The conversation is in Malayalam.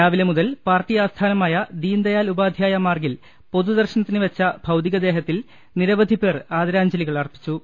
രാവിലെ മുതൽ പാർട്ടി ആസ്ഥാനമായ ദീൻ ദയാൽ ഉപാധ്യായ മാർഗ്ഗിൽ പൊതുദർശനത്തിന് വെച്ച ഭൌതികദേഹത്തിൽ നിരവധിപേർ ആദരാജ്ഞ ലികൾ അർപ്പിച്ചു